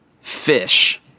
fish